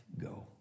go